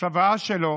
הצוואה שלו